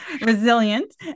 resilient